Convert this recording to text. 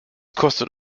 kostet